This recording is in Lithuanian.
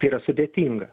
yra sudėtinga